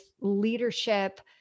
leadership